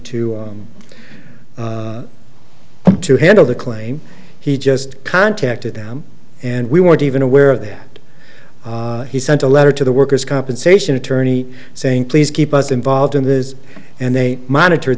to to handle the claim he just contacted them and we weren't even aware of that he sent a letter to the worker's compensation attorney saying please keep us involved in this and they monitor